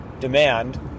demand